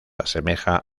asemeja